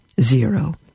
Zero